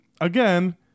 again